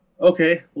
Okay